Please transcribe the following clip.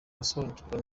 gusobanukirwa